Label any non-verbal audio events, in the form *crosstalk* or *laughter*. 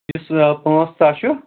*unintelligible* پاںٛژھ تَہہ چھِ